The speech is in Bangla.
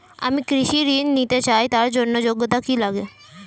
আমি কৃষি ঋণ নিতে চাই তার জন্য যোগ্যতা কি লাগে?